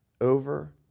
over